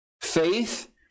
Faith